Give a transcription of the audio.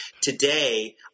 Today